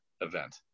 event